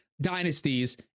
dynasties